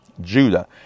Judah